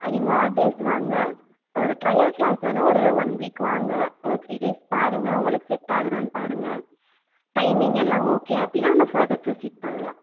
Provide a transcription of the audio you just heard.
நீங்கள் odd days வாங்க ஒரு ட்ரையல் கிளாஸ் வேணா ஒரு ஒன் வீக் வாங்க ஒரு த்ரீ டேஸ் பாருங்கள் உங்களுக்கு செட் ஆகுதான்னு பாருங்கள் டைமிங் எல்லா ஓகே அப்படினா நம்ம ஃபர்தர் ப்ரொசீட் பண்ணலாம்